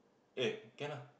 eh can lah